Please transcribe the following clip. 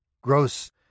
Gross